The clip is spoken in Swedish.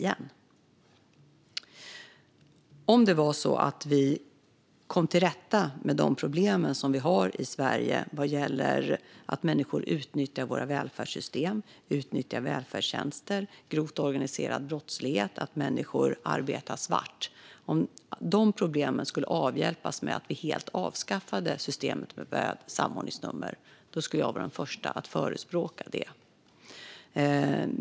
Om vi genom att helt avskaffa systemet med samordningsnummer skulle komma till rätta med de problem som vi har i Sverige med människor som arbetar svart, utnyttjar våra välfärdssystem och välfärdstjänster och ägnar sig åt grov organiserad brottslighet skulle jag vara den första att förespråka det.